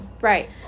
Right